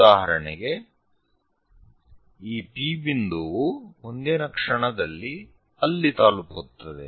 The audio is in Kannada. ಉದಾಹರಣೆಗೆ ಈ P ಬಿಂದುವು ಮುಂದಿನ ಕ್ಷಣದಲ್ಲಿ ಅಲ್ಲಿ ತಲುಪುತ್ತದೆ